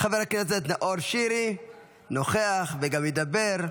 חבר הכנסת נאור שירי, נוכח וגם ידבר,